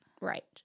Right